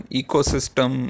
ecosystem